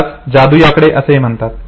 यालाच जादुई याकडे असेही म्हणतात